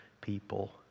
people